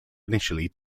initially